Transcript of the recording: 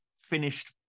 finished